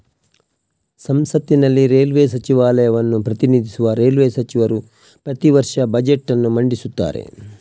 ಸಂಸತ್ತಿನಲ್ಲಿ ರೈಲ್ವೇ ಸಚಿವಾಲಯವನ್ನು ಪ್ರತಿನಿಧಿಸುವ ರೈಲ್ವೇ ಸಚಿವರು ಪ್ರತಿ ವರ್ಷ ಬಜೆಟ್ ಅನ್ನು ಮಂಡಿಸುತ್ತಾರೆ